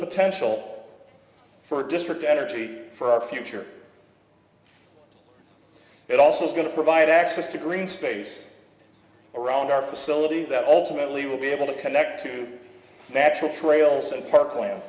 potential for district energy for our future it also is going to provide access to green space around our facility that ultimately will be able to connect to natural trails and parkland